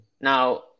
Now